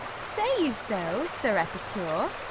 say you so, sir epicure?